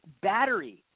battery